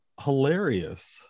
hilarious